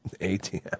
ATM